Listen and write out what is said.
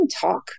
talk